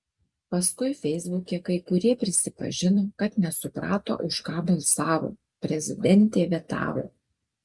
paskui feisbuke kai kurie prisipažino kad nesuprato už ką balsavo prezidentė vetavo